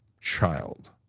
Child